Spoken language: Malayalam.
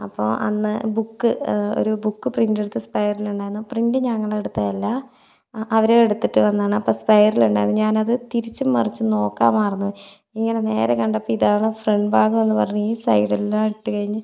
അപ്പോൾ അന്ന് ബുക്ക് ഒരു ബുക്ക് പ്രിന്റ് എടുത്ത് സ്പൈറൽ ഉണ്ടായിരുന്നു പ്രിന്റ് ഞങ്ങളെടുത്തതല്ല അ അവർ എടുത്തിട്ട് വന്നതാണ് അപ്പം സ്പൈറൽ ഉണ്ടായിരുന്നു ഞാനത് തിരിച്ചും മറിച്ചും നോക്കാൻ മറന്ന് പോയി ഇങ്ങനെ നേരെ കണ്ടപ്പോൾ ഇതാണ് ഫ്രണ്ട് ഭാഗമെന്നു പറഞ്ഞ് ഈ സൈഡിലെല്ലാം ഇട്ട് കഴിഞ്ഞ്